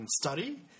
study